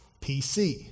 PC